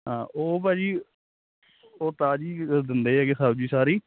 ਹਾਂ ਉਹ ਭਾਅ ਜੀ ਉਹ ਤਾਜ਼ੀ ਦਿੰਦੇ ਹੈਗੇ ਸਬਜ਼ੀ ਸਾਰੀ